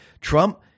Trump